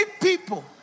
people